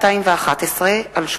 לוין ואמנון כהן וקבוצת חברי הכנסת,